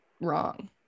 Wrong